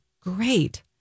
great